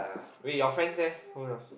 wait your friends leh who else